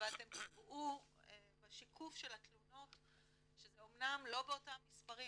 ואתם תראו בשיקוף של התלונות שזה אמנם לא באותם מספרים,